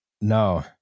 No